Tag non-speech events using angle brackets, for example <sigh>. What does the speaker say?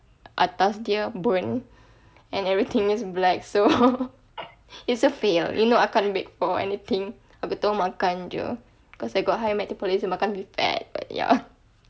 atas dia burn and everything is black so <laughs> it's a fail you know I can't bake for anything aku tahu makan jer cause I got high metabolism I can't be fat but ya